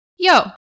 Yo